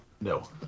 No